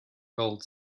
gold